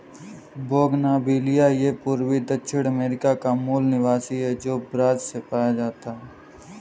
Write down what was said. bougainvillea यह पूर्वी दक्षिण अमेरिका का मूल निवासी है, जो ब्राज़ से पाया जाता है